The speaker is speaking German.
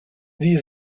wie